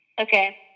Okay